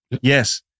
Yes